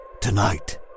Tonight